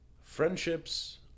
Friendships